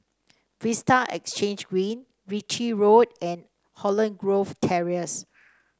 Vista Exhange Green Ritchie Road and Holland Grove Terrace